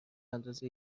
اندازه